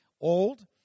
old